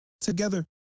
Together